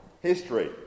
history